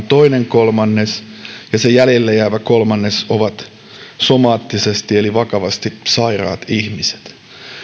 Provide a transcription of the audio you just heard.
toinen kolmannes ja se jäljelle jäävä kolmannes ovat somaattisesti vakavasti sairaat ihmiset